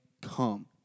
come